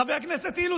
חבר הכנסת אילוז,